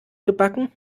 gebacken